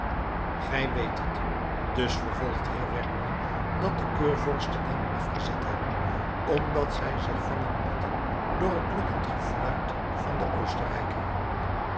gij weet het dus vervolgt heer werner dat de keurvorsten hem afgezet hadden omdat zij zich vangen lieten door het lokkend gefluit van den oostenrijker